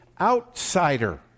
outsider